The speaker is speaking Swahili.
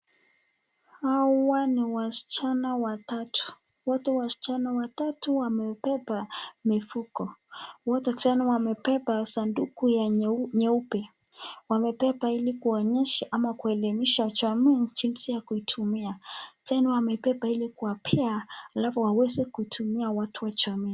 Hawa ni wasichana watatu, wote wasichana watatu wamebeba mifuko. Wote tena wamebeba sanduku nyeupe. Wamebeba ili kuonyesha au kuelimisha jamii jinsi ya kuitumia. Tena wamebeba ili kuwapea alafu waweze kutumia watu kwa jamii.